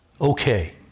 Okay